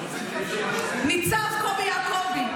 ניצב קובי יעקובי,